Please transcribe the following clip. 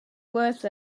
worth